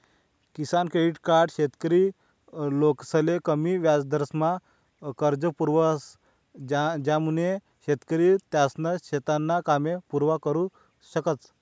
किसान credit card शेतकरी लोकसले कमी याजदरमा कर्ज पुरावस ज्यानामुये शेतकरी त्यासना शेतीना कामे पुरा करु शकतस